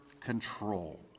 control